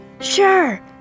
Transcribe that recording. Sure